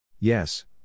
Yes